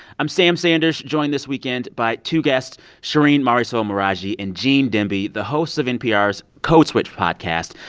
i'm sam sanders, joined this weekend by two guests shereen marisol meraji and gene demby, the hosts of npr's code switch podcast,